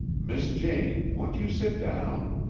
miss jane, won't you sit down?